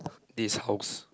this house